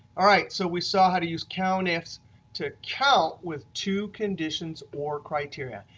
all right. so we saw how to use countifs to count with two conditions or criteria.